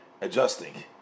adjusting